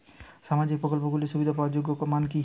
সামাজিক প্রকল্পগুলি সুবিধা পাওয়ার যোগ্যতা মান কি?